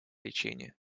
лечение